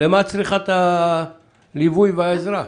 למה את צריכה את הליווי והעזרה?